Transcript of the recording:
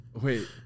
Wait